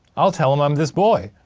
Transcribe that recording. i'll tell them i'm this boy!